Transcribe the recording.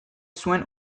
zuen